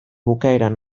bukaeran